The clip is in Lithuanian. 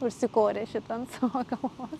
užsikorė šitą ant savo galvo